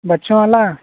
बच्चों वाला